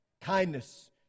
kindness